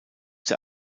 der